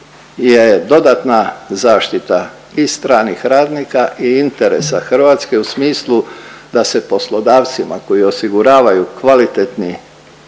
je dodatna zaštita i stranih radnika i interesa Hrvatske u smislu da se poslodavcima koji osiguravaju kvalitetni